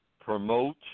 promote